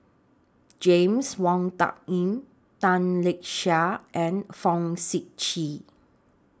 James Wong Tuck Yim Tan Lark Sye and Fong Sip Chee